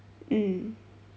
mm